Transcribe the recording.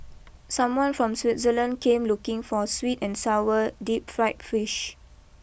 someone from Switzerland came looking for sweet and Sour deep Fried Fish